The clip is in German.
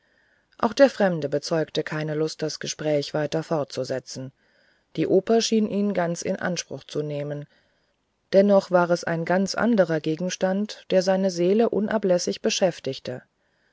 auch der fremde bezeugte keine lust das gespräch weiter fortzusetzen die oper schien ihn ganz in anspruch zu nehmen und dennoch war es ein ganz anderer gegenstand der seine seele unablässig beschäftigte